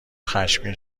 خشمگین